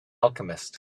alchemist